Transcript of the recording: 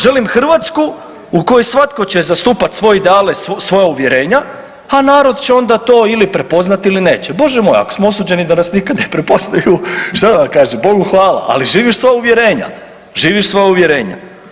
Želim Hrvatsku u kojoj svatko će zastupati svoje ideale, svoja uvjerenja, a narod će onda to ili prepoznati ili neće, Bože moj ako smo osuđeni da nas nikad ne prepoznaju šta da vam kažem, Bogu hvala, ali živiš svoja uvjerenja, živiš svoja uvjerenja.